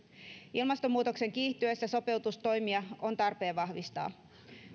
ilmastonmuutoksen kiihtyessä sopeutustoimia on tarpeen vahvistaa